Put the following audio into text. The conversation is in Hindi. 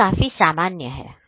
यह काफी सामान्य हैं